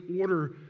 order